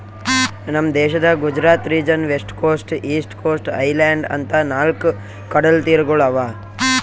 ನಮ್ ದೇಶದಾಗ್ Gujarat region, west coast, east coast, island ಅಂತಾ ನಾಲ್ಕ್ ಕಡಲತೀರಗೊಳ್ ಅವಾ